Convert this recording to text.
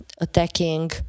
attacking